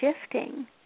shifting